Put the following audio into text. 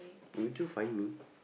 would you find me